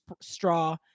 straw